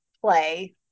play